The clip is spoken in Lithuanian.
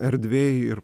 erdvėj ir